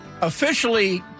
Officially